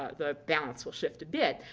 ah the balance will shift a bit.